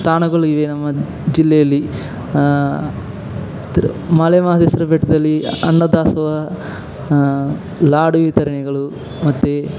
ತಾಣಗಳು ಇವೆ ನಮ್ಮ ಜಿಲ್ಲೆಯಲ್ಲಿ ಮಲೆ ಮಹದೇಶ್ವರ ಬೆಟ್ಟದಲ್ಲಿ ಅನ್ನ ದಾಸೋಹ ಲಾಡು ವಿತರಣೆಗಳು ಮತ್ತು